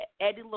Eddie